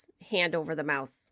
hand-over-the-mouth